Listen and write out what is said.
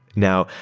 now,